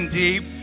deep